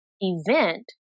event